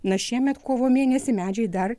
na šiemet kovo mėnesį medžiai dar